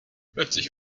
plötzlich